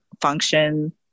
function